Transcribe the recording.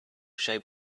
showed